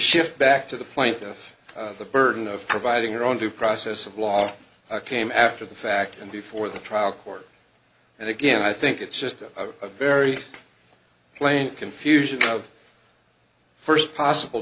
shift back to the point of the burden of providing her own due process of law came after the fact and before the trial court and again i think it's just a very plain confusion of first possible